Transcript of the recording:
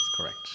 correct